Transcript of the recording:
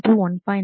2 1